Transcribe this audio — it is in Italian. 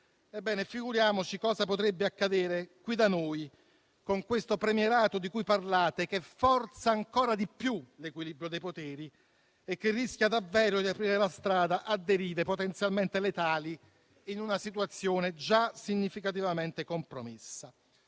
Ebbene, figuriamoci cosa potrebbe accadere qui da noi con questo premierato di cui parlate, che forza ancora di più l'equilibrio dei poteri e che rischia davvero di aprire la strada a derive potenzialmente letali in una situazione già significativamente compromessa.